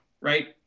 right